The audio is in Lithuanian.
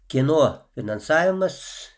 kieno finansavimas